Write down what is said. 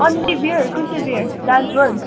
only beer कुन चाहिँ beer डान्सबर्ग